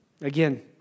again